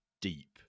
deep